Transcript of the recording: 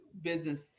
business